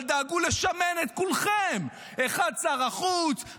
אבל דאגו לשמן את כולכם: אחד שר החוץ,